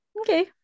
Okay